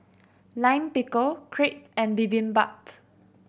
Lime Pickle Crepe and Bibimbap